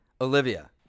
olivia